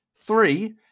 Three